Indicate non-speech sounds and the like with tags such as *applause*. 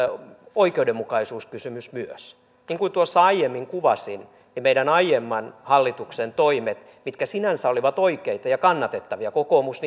oikeudenmukaisuuskysymys myös niin kuin aiemmin kuvasin meidän aiemman hallituksemme toimet mitkä sinänsä olivat oikeita ja kannatettavia kokoomus *unintelligible*